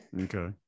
Okay